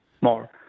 more